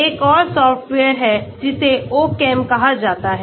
एक और सॉफ्टवेयर है जिसे Ochem कहा जाता है